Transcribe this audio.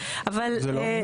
זה לא נימוק.